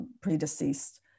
predeceased